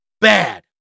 Bad